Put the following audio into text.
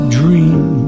dream